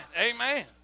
Amen